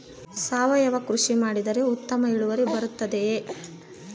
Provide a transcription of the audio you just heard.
ಸಾವಯುವ ಕೃಷಿ ಮಾಡಿದರೆ ಉತ್ತಮ ಇಳುವರಿ ಬರುತ್ತದೆಯೇ?